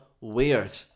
weird